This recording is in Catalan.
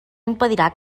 impedirà